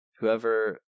Whoever